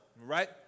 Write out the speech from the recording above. right